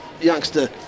youngster